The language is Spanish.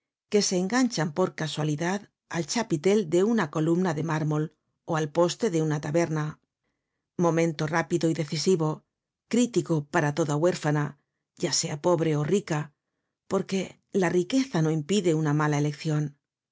que se enganchan por casualidad al chapitel de una columna de mármol ó al poste de una taberna momento rápido y decisivo crítico para toda huérfana ya sea pobre ó rica porque la riqueza no impide una mala eleccion